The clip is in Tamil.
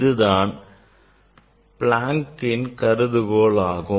இதுதான் Planckன் கருதுகோள் ஆகும்